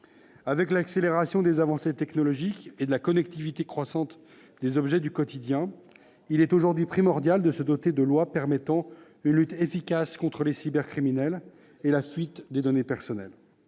Avec l'accélération des avancées technologiques et la connectivité croissante des objets du quotidien, il est aujourd'hui primordial de se doter de lois permettant une lutte efficace contre les cybercriminels et la fuite des données personnelles.